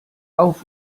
auf